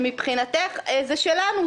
שמבחינתך זה שלנו,